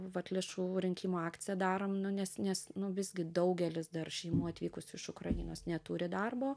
vat lėšų rinkimo akciją darom nu nes nes nu visgi daugelis dar šeimų atvykusių iš ukrainos neturi darbo